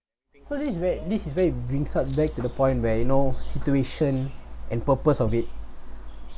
what this is where this is where you bring us back to the point where you know situation and purpose of it